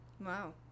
Wow